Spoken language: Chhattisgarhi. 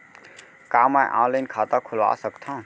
का मैं ऑनलाइन खाता खोलवा सकथव?